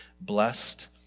blessed